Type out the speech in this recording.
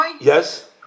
Yes